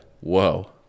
whoa